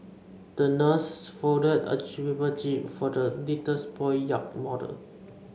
the nurse folded a paper jib for the little boy's yacht model